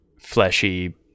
fleshy